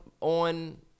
on